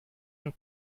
and